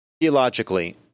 Theologically